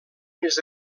més